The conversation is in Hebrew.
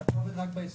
אתה עובד רק ביסודי?